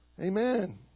Amen